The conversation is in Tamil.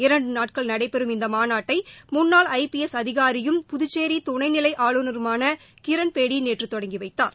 இரண்டு நாட்கள் நடைபெறும் இந்த மாநாட்டை முன்னாள் ஐபிஎஸ் அதிகாரியும் புதுச்சேரி துணைநிலை ஆளுநருமான கிரண்பேடி நேற்று தொடங்கி வைத்தார்